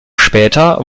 später